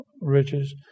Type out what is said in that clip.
riches